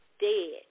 dead